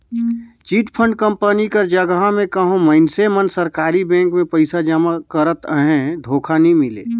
chit fund company कर जगहा में कहों मइनसे मन सरकारी बेंक में पइसा जमा करत अहें धोखा नी मिले